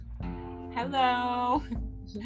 Hello